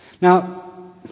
Now